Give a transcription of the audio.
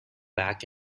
back